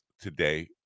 today